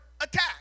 attack